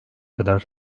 kadar